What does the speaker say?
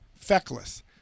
feckless